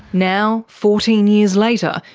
now, fourteen years later,